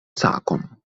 sakon